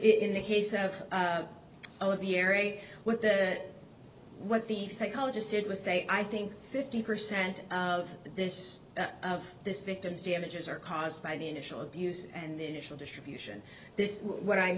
in the case of all of the year eight well what the psychologist did was say i think fifty percent of this of this victim's damages are caused by the initial abuse and the initial distribution this is what i'm